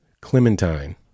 Clementine